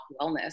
wellness